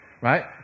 right